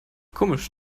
komisch